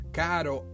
caro